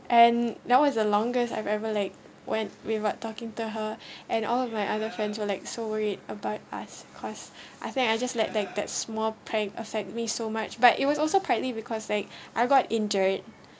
and that was the longest I've ever like when we were talking to her and all of my other friends were like so worried about us cause I think I just like that that small peg affect me so much but it was also partly because like I got injured